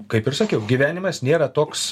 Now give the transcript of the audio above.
kaip ir sakiau gyvenimas nėra toks